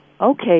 Okay